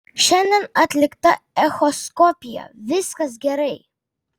šiandien atlikta echoskopija viskas gerai